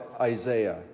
Isaiah